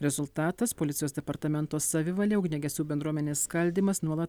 rezultatas policijos departamento savivalė ugniagesių bendruomenės skaldymas nuolat